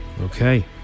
okay